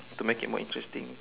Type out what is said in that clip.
to make it more interesting